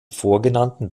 vorgenannten